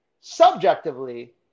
subjectively